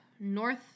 north